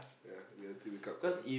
ya the other team wake up call